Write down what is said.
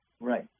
Right